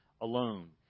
alone